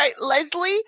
Leslie